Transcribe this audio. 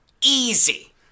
easy